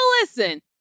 listen